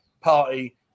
party